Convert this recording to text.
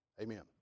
amen